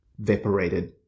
vaporated